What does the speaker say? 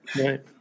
Right